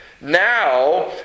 Now